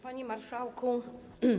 Panie Marszałku!